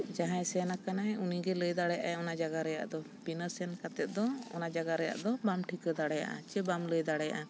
ᱡᱟᱦᱟᱸᱭ ᱥᱮᱱ ᱟᱠᱟᱱᱟᱭ ᱩᱱᱤᱜᱮ ᱞᱟᱹᱭ ᱫᱟᱲᱮᱭᱟᱜᱼᱟᱭ ᱚᱱᱟ ᱡᱟᱭᱜᱟ ᱨᱮᱭᱟᱜ ᱫᱚ ᱵᱤᱱᱟᱹ ᱥᱮᱱ ᱠᱟᱛᱮ ᱫᱚ ᱚᱱᱟ ᱡᱟᱭᱜᱟ ᱨᱮᱭᱟᱜ ᱫᱚ ᱵᱟᱢ ᱴᱷᱤᱠᱟᱹ ᱫᱟᱲᱮᱭᱟᱜᱼᱟ ᱪᱮ ᱵᱟᱢ ᱞᱟᱹᱭ ᱫᱟᱲᱮᱭᱟᱜᱼᱟ